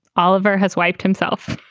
oliver has wiped himself.